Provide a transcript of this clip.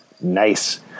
Nice